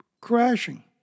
crashing